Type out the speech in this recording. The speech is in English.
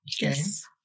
Yes